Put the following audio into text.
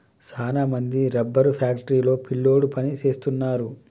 సాన మంది rubber factory లో పిల్లోడు పని సేస్తున్నారు